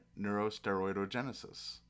neurosteroidogenesis